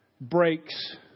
Breaks